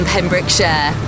Pembrokeshire